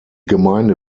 gemeinde